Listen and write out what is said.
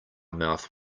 mouth